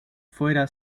fuera